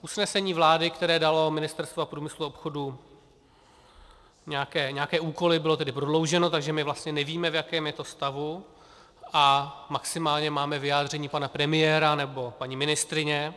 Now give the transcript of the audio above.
Usnesení vlády, které dalo Ministerstvu průmyslu a obchodu nějaké úkoly, bylo tedy prodlouženo, takže my vlastně nevíme, v jakém je to stavu, a maximálně máme vyjádření pana premiéra nebo paní ministryně.